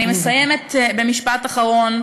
אני מסיימת במשפט אחרון.